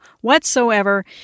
whatsoever